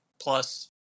plus